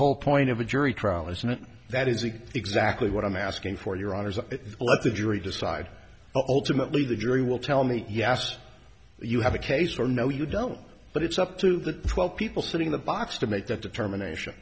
whole point of a jury trial isn't that is it exactly what i'm asking for your honour's let the jury decide ultimately the jury will tell me yes you have a case or no you don't but it's up to the twelve people sitting in the box to make that determination